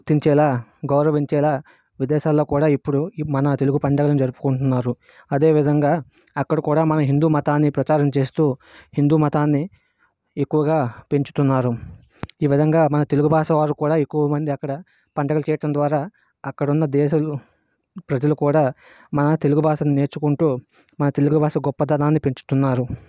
గుర్తించేలా గౌరవించేలా విదేశాల్లో కూడా ఇప్పుడు ఈ మన తెలుగు పండుగను జరుపుకుంటున్నారు అదేవిధంగా అక్కడ కూడా మన హిందూ మతాన్ని ప్రచారం చేస్తూ హిందూ మతాన్ని ఎక్కువగా పెంచుతున్నారు ఈ విధంగా మన తెలుగు భాష వారు కూడా ఎక్కువమంది అక్కడ పండగలు చేయడం ద్వారా అక్కడున్న దేశాలు ప్రజలు కూడా మన తెలుగు భాషను నేర్చుకుంటూ మన తెలుగు భాష గొప్పతనాన్ని పెంచుతున్నారు